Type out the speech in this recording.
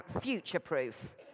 future-proof